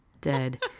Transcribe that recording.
dead